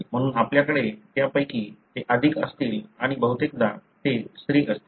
म्हणून आपल्याकडे त्यापैकी ते अधिक असतील आणि बहुतेकदा ते स्त्री असतील